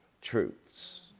truths